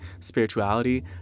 spirituality